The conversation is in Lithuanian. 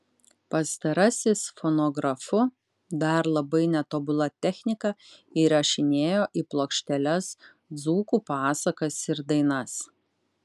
pastarasis fonografu dar labai netobula technika įrašinėjo į plokšteles dzūkų pasakas ir dainas